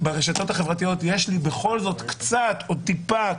ברשתות החברתיות יש לי בכל זאת קצת עוד טיפה,